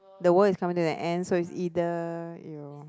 the world is coming to the end so is either you